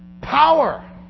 power